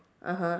(uh huh)